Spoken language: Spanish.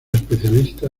especialista